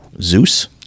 Zeus